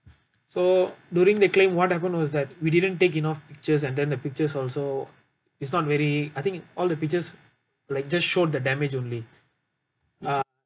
so during the claim what happened was that we didn't take enough pictures and then the pictures also it's not very I think all the pictures like just showed the damage only ah